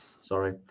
Sorry